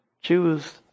choose